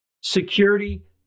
Security